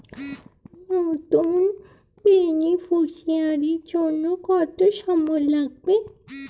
নতুন বেনিফিসিয়ারি জন্য কত সময় লাগবে?